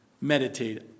meditate